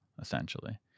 essentially